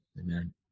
Amen